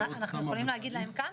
אנחנו יכולים להגיד להם כאן,